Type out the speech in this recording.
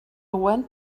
went